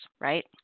right